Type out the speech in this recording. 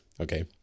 Okay